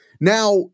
Now